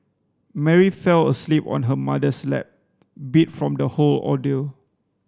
Mary fell asleep on her mother's lap beat from the whole ordeal